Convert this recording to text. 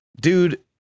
dude